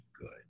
good